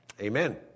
Amen